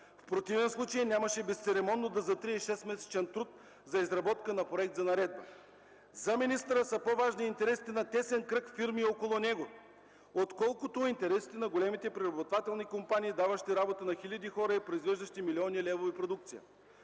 В противен случай нямаше безцеремонно да затрие 6-месечен труд за изработка на проект за наредба. За министъра са по-важни интересите на тесен кръг фирми около него, отколкото интересите на големите преработвателни компании, даващи работа на хиляди хора и произвеждащи милиони левове продукция.